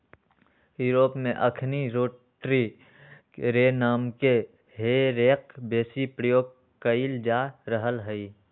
Europe में अखनि rotary रे नामके हे रेक बेशी प्रयोग कएल जा रहल हइ